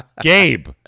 Gabe